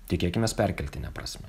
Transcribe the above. tikėkimės perkeltine prasme